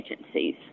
agencies